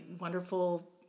wonderful